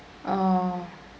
oh